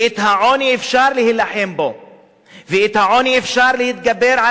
בעוני אפשר להילחם ועל העוני אפשר להתגבר.